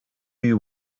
you